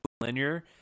linear